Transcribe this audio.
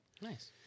nice